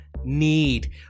need